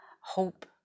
hope